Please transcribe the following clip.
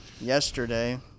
yesterday